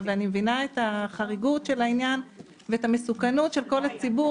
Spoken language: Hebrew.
ואני מבינה את החריגות של העניין ואת המסוכנות של כל הציבור,